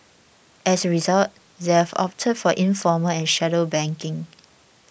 as a result they've opted for informal and shadow banking